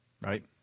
Right